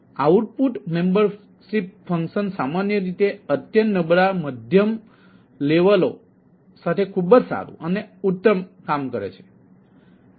output membership function સામાન્ય રીતે અત્યંત નબળા મધ્યમ સ્તરો સાથે ખૂબ જ સારું અને ઉત્તમ છે